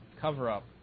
cover-up